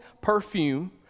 perfume